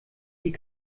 die